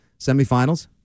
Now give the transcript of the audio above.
semifinals